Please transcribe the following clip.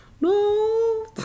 no